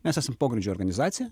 mes esam pogrindžio organizacija